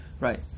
right